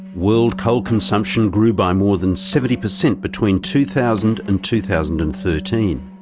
world coal consumption grew by more than seventy percent between two thousand and two thousand and thirteen.